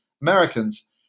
Americans